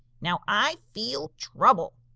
now i feel trouble.